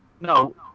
no